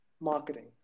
marketing